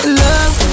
love